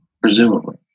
Presumably